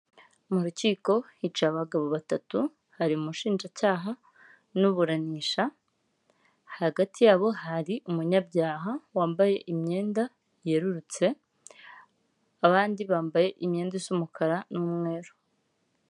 Mu rukiko hicaye abagabo batatu, hari umushinjacyaha n'uburanisha, hagati y'abo hari umunyabyaha wambaye imyenda yerurutse, abandi bambaye imyenda isa umukara n'umweru.